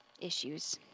issues